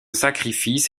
sacrifice